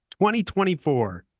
2024